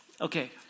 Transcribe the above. Okay